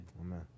Amen